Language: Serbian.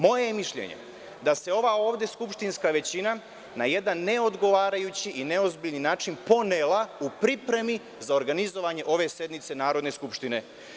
Moje je mišljenje da se ova ovde skupštinska većina na jedan neodgovarajući i neozbiljan način ponela u pripremi za organizovanje ove sednice Narodne skupštine.